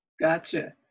Gotcha